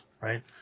right